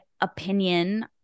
opinion